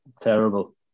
terrible